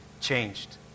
changed